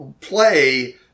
play